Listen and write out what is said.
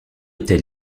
était